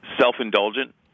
self-indulgent